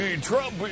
Trump